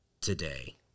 today